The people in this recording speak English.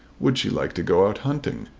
would she like to go out hunting?